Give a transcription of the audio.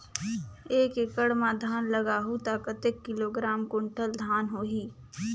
एक एकड़ मां धान लगाहु ता कतेक किलोग्राम कुंटल धान होही?